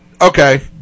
okay